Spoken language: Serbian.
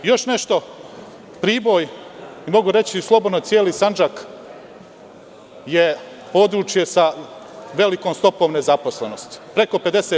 Još nešto, Priboj, mogao bih reći i celi Sandžak je područje sa velikom stopom nezaposlenosti, preko 50%